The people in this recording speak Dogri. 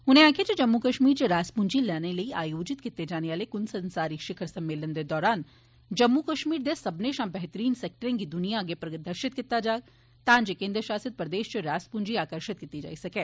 उनें आक्खेया जे जम्मू कश्मीर च रास पूंजी लाने आहलें लेई आयोजित कीते जाने आहले क्ल संसारी शिखर सम्मेलन दे दौरान जम्मू कश्मीर दे सब्बनें शा बेहतरीन सैक्टरें गी द्निया अग्गे प्रदर्शित कीता जाग तांजे केन्द्र शासित प्रदेश च रास पूंजी आकर्षित कीती जाई सकै